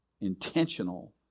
intentional